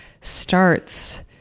starts